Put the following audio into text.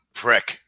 prick